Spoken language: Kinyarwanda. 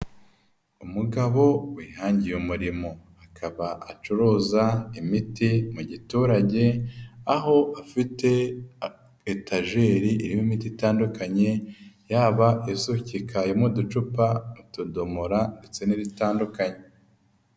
Umugabo wihangiye umurimo, akaba acuruza imiti mu giturage, aho afite etajeri irimo imiti itandukanye, yaba isukika iri mu ducupa, utudomora ndetse n'ibitandukanye.